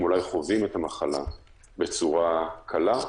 הם אולי חווים את המחלה בצורה קלה,